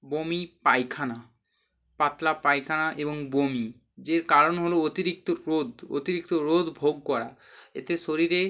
বমি পায়খানা পাতলা পায়খানা এবং বমি যে কারণ হলো অতিরিক্ত রোদ অতিরিক্ত রোদ ভোগ করা এতে শরীরে